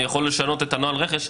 אני יכול לשנות את נוהל הרכש.